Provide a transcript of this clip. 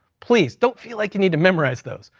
please don't feel like you need to memorize those.